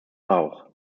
bauch